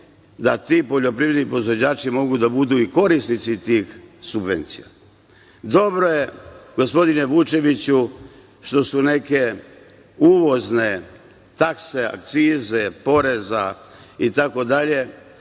da ti poljoprivredni proizvođači mogu da budu i korisnici tih subvencija. Dobro je, gospodine Vučeviću, što su neke uvozne takse, akcize poreza, itd.